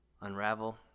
unravel